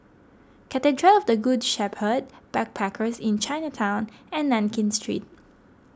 Cathedral of the Good Shepherd Backpackers Inn Chinatown and Nankin Street